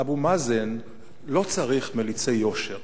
אבו מאזן לא צריך מליצי יושר